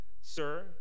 sir